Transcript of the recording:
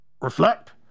reflect